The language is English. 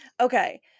Okay